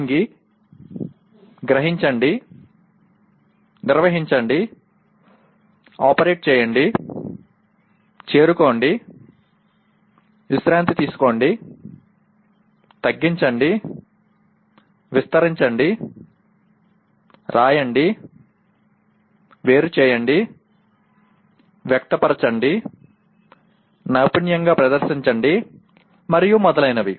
వంగి గ్రహించండి నిర్వహించండి ఆపరేట్ చేయండి చేరుకోండి విశ్రాంతి తీసుకోండి తగ్గించండి విస్తరించండి రాయండి వేరు చేయండి వ్యక్తపరచండి నైపుణ్యంగా ప్రదర్శించండి మరియు మొదలైనవి